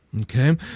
okay